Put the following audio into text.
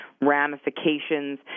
ramifications